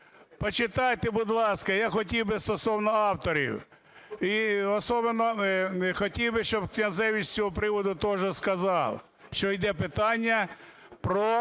почитайте, будь ласка. Я хотів би стосовно авторів, і особливо хотів би, щоб Князевич з цього приводу теж сказав, що іде питання про